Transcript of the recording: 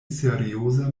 serioza